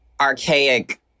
archaic